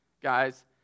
guys